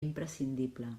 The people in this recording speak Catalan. imprescindible